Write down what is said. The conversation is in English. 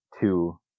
two